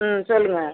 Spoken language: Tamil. ம் சொல்லுங்கள்